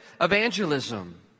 evangelism